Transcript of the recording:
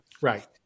Right